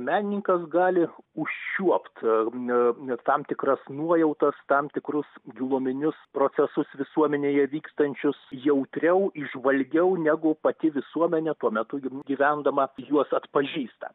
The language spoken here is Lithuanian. menininkas gali užčiuopt e tam tikras nuojautas tam tikrus giluminius procesus visuomenėje vykstančius jautriau įžvalgiau negu pati visuomenė tuo metu jau gyvendama juos atpažįsta